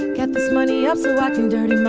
get this money up so i can do an